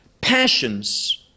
passions